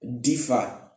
differ